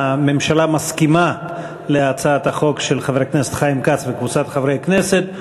הממשלה מסכימה להצעת החוק של חבר הכנסת חיים כץ וקבוצת חברי הכנסת.